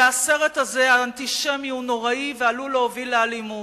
והסרט הזה האנטישמי הוא נוראי ועלול להוביל לאלימות,